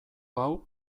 hau